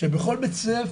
שבכל בית ספר,